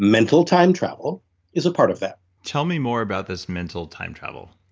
mental time travel is a part of that tell me more about this mental time travel?